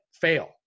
fail